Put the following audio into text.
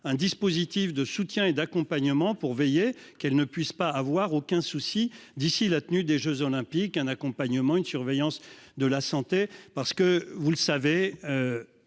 un dispositif de soutien et d'accompagnement pour veiller qu'elle ne puisse pas avoir aucun souci d'ici la tenue des Jeux olympiques, un accompagnement, une surveillance de la santé parce que vous le savez.